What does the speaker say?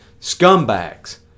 scumbags